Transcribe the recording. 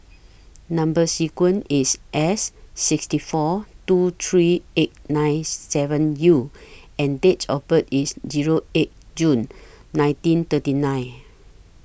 Number sequence IS S sixty four two three eight nine seven U and Date of birth IS Zero eight June nineteen thirty nine